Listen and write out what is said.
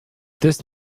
this